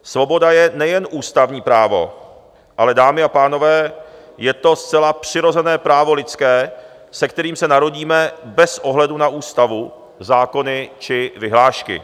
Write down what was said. Svoboda je nejen ústavní právo, ale dámy a pánové, je to zcela přirozené právo lidské, se kterým se narodíme bez ohledu na ústavu, zákony či vyhlášky.